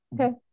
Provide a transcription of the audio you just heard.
okay